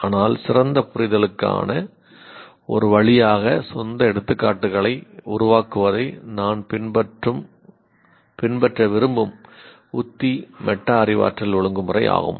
ஆனால் சிறந்த புரிதலுக்கான ஒரு வழியாக சொந்த எடுத்துக்காட்டுகளை உருவாக்குவதை நான் பின்பற்ற விரும்பும் உத்தி மெட்டா அறிவாற்றல் ஒழுங்குமுறை ஆகும்